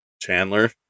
Chandler